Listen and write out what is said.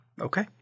Okay